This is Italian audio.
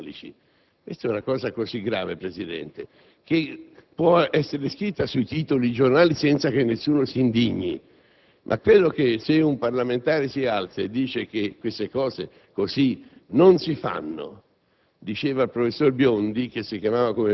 di voti eventualmente renitenti dei cattolici è una cosa così grave, signor Presidente, che può essere scritta sui titoli dei giornali senza che nessuno si indigni, ma rispetto alla quale, se un parlamentare si alza e dice che queste cose così non si fanno,